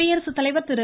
குடியரசுத்தலைவர் திரு